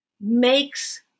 makes